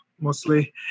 mostly